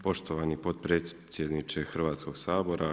Poštovani potpredsjedniče Hrvatskoga sabora.